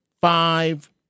five